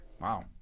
Wow